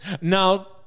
Now